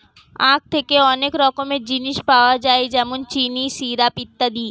আখ থেকে অনেক রকমের জিনিস পাওয়া যায় যেমন চিনি, সিরাপ ইত্যাদি